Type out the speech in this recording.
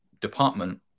department